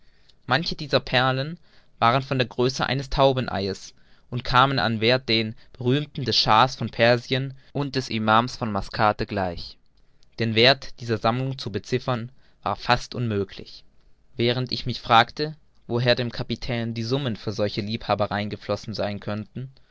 manche dieser perlen waren von der größe eines taubeneies und kamen an werth den berühmten des schahs von persien und des imams von mascate gleich den werth dieser sammlung zu beziffern war fast unmöglich während ich mich fragte woher dem kapitän die summen für solche liebhabereien geflossen sein konnten